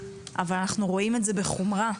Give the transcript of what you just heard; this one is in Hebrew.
אבל אנחנו רואים את זה בחמורה,